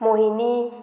Mohini